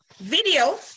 video